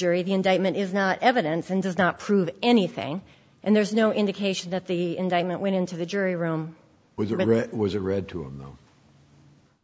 the indictment is not evidence and does not prove anything and there's no indication that the indictment went into the jury room was a read to